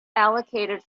allocated